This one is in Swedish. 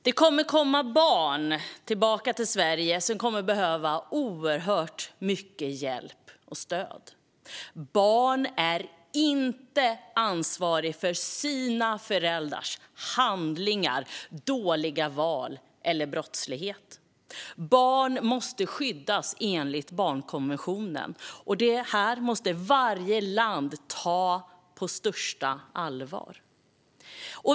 Det kommer att komma tillbaka barn till Sverige som behöver oerhört mycket hjälp och stöd. Barn är inte ansvariga för sina föräldrars handlingar, dåliga val eller brottslighet. Barn måste skyddas enligt barnkonventionen, och det här måste varje land ta på största allvar.